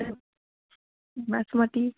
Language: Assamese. বাসমতি